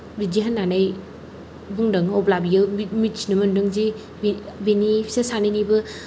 बिदि होननानै बुंदों अब्ला बियो मिथिनो मोन्दों जि बिनि बिसोर सानैनिबो